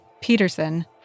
Peterson